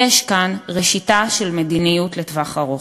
יש כאן ראשיתה של מדיניות לטווח ארוך.